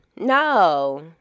no